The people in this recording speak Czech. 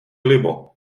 libo